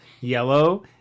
yellow